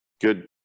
Good